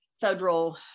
federal